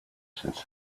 since